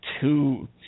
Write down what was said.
two